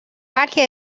بلکه